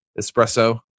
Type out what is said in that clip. espresso